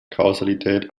kausalität